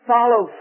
follow